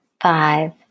five